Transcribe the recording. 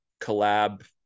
collab